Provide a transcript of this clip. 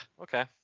Okay